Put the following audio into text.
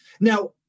Now